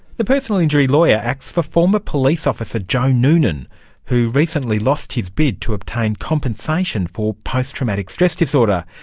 the personal injury lawyer acts for former police officer joe noonan who recently lost his bid to obtain compensation for post-traumatic stress disorder,